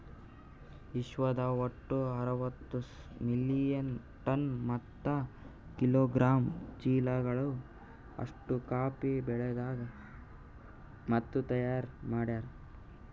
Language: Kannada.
ವಿಶ್ವದಾಗ್ ಒಟ್ಟು ಅರವತ್ತು ಮಿಲಿಯನ್ ಟನ್ಸ್ ಮತ್ತ ಕಿಲೋಗ್ರಾಮ್ ಚೀಲಗಳು ಅಷ್ಟು ಕಾಫಿ ಬೆಳದಾರ್ ಮತ್ತ ತೈಯಾರ್ ಮಾಡ್ಯಾರ